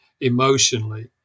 emotionally